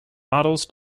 models